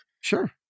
Sure